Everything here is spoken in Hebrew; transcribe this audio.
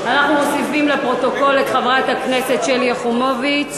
אנחנו מוסיפים לפרוטוקול את חברת הכנסת שלי יחימוביץ,